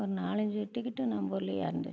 ஒரு நாலஞ்சு டிக்கிட்டு நம்ம ஊர்லேயே இறந்துருச்சு